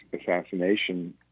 assassination